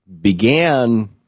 began